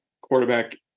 quarterback